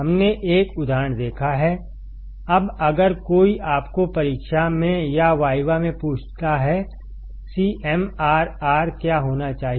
हमने एक उदाहरण देखा हैअब अगर कोई आपको परीक्षा में या वाइवा में पूछता हैसीएमआरआरक्या होनाचाहिए